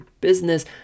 business